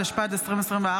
התשפ"ד 2024,